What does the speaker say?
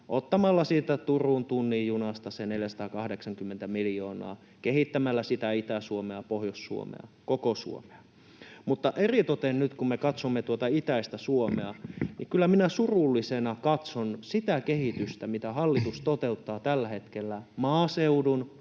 ottamalla siitä Turun tunnin junasta se 480 miljoonaa, kehittämällä sitä Itä-Suomea ja Pohjois-Suomea, koko Suomea. Mutta eritoten nyt, kun me katsomme tuota itäistä Suomea, niin kyllä minä surullisena katson sitä kehitystä, mitä hallitus toteuttaa tällä hetkellä maaseudun,